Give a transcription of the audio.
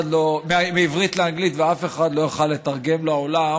מתורגמן מעברית לאנגלית ואף אחד לא יוכל לתרגם לעולם